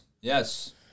Yes